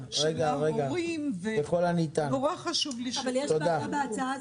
הנציגים שהם גם הורים ונורא חשוב לי שישמעו אותם.